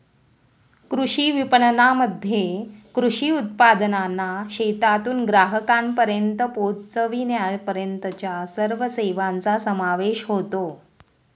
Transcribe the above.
कृषी विपणनामध्ये कृषी उत्पादनांना शेतातून ग्राहकांपर्यंत पोचविण्यापर्यंतच्या सर्व सेवांचा समावेश होतो